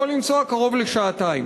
יכול לנסוע קרוב לשעתיים.